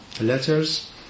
letters